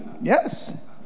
Yes